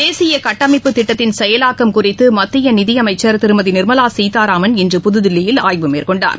தேசிய கட்டமைப்புத்திட்டத்தின் செயலாக்கம் குறித்து மத்திய நிதியமைச்சர் திருமதி நிர்மலா சீதாராமன் இன்று புதுதில்லியில் ஆய்வு மேற்கொண்டார்